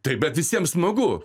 taip bet visiems smagu